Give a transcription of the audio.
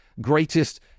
greatest